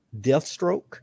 Deathstroke